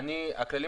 אם כל אחד